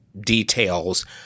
details